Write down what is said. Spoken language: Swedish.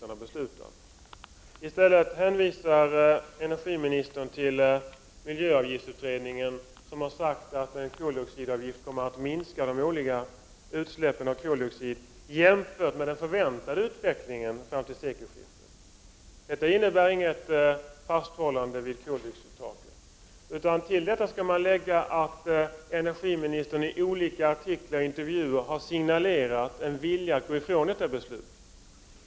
Energiministern hänvisade i stället till miljöavgiftsutredningen, som har sagt att koldioxidavgiften kommer att medföra en minskning av de årliga utsläppen av koldioxid jämfört med den förväntade utvecklingen fram till sekelskiftet. Det innebär inget fasthållande vid koldioxidtaket, utan till detta skall läggas att energiministern i olika artiklar och intervjuer har signalerat en vilja att gå ifrån beslutet.